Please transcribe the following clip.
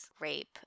rape